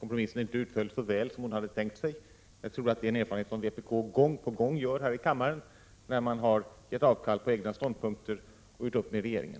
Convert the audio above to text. kompromissen inte utföll så väl som hon hade tänkt sig. Jag tror att det är en erfarenhet vpk kommer att göra gång på gång här i kammaren när man gjort avkall på egna ståndpunkter och gjort upp med regeringen.